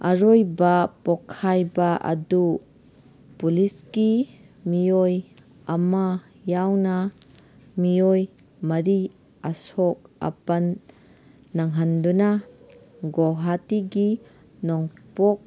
ꯑꯔꯣꯏꯕ ꯄꯣꯈꯥꯏꯕ ꯑꯗꯨ ꯄꯨꯃꯤꯁꯀꯤ ꯃꯤꯑꯣꯏ ꯑꯃ ꯌꯥꯎꯅ ꯃꯤꯑꯣꯏ ꯃꯔꯤ ꯑꯁꯣꯛ ꯑꯄꯟ ꯅꯪꯍꯟꯗꯨꯅ ꯒꯨꯍꯥꯇꯤꯒꯤ ꯅꯣꯡꯄꯣꯛ